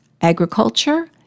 agriculture